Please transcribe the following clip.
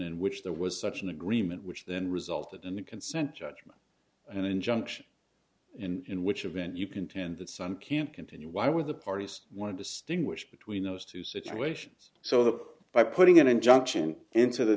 in which there was such an agreement which then resulted in the consent judgment an injunction in in which event you contend the sun can't continue why would the parties want to distinguish between those two situations so that by putting an injunction into the